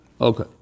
Okay